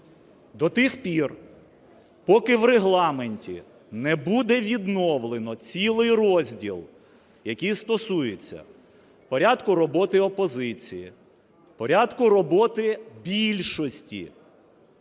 До тих пір, поки в Регламенті не буде відновлено цілий розділ, який стосується порядку роботи опозиції, порядку роботи більшості,